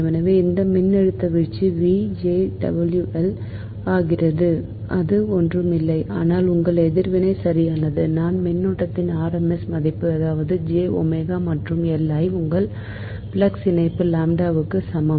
எனவே இந்த மின்னழுத்த வீழ்ச்சி V ஆகிறது அது ஒன்றுமில்லை ஆனால் உங்கள் எதிர்வினை சரியானது நான் மின்னோட்டத்தின் RMS மதிப்பு அதாவது ஜெ ஒமேகா மற்றும் L i உங்கள் ஃப்ளக்ஸ் இணைப்பு லாம்ப்டாவுக்கு சமம்